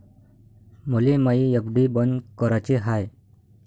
मले मायी एफ.डी बंद कराची हाय